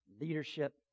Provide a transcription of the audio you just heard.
Leadership